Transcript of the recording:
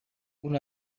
اون